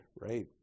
right